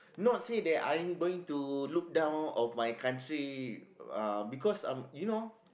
not say that I'm going to look down on my country uh because um you know